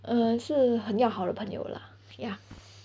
uh 是很要好的朋友 lah ya